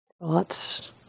Thoughts